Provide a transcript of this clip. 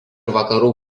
vakarų